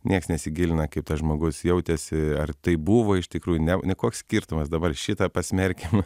nieks nesigilina kaip tas žmogus jautėsi ar tai buvo iš tikrųjų ne koks skirtumas dabar šitą pasmerkiam